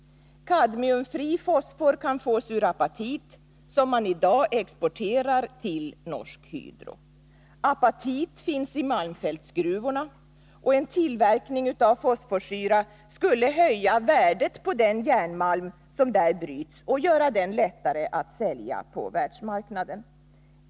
Kadmiumfri fosfor kan fås ur apatit, som man i dag exporterar till Norsk Hydro. Apatit finns i malmfältsgruvorna, och en tillverkning av fosforsyra skulle höja värdet på den järnmalm som där bryts och göra den lättare att sälja på världsmarknaden.